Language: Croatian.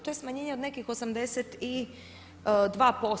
To je smanjenje od nekih 82%